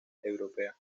europea